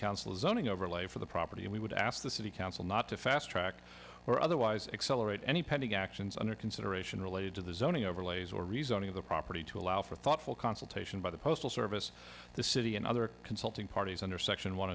council zoning overlay for the property and we would ask the city council not to fast track or otherwise accelerate any pending actions under consideration related to the zoning overlays or resigning of the property to allow for thoughtful consultation by the postal service the city and other consulting parties under section one